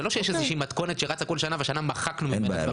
זה לא שיש איזושהי מתכונת שרצה כל שנה והשנה מחקנו ממנה דברים.